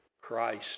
Christ